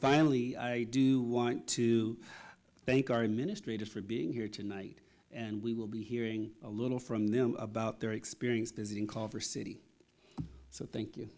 finally i do want to thank our administrators for being here tonight and we will be hearing a little from them about their experience there is in culver city so thank you